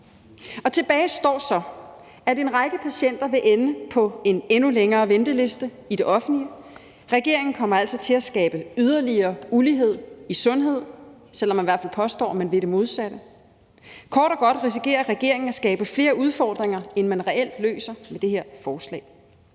Tilbage står så, at en række patienter vil ende på en endnu længere venteliste i det offentlige. Regeringen kommer altså til at skabe yderligere ulighed i sundhed, selv om man i hvert fald påstår, at man vil det modsatte. Kort og godt risikerer regeringen at skabe flere udfordringer, end man reelt løser, med det her forslag.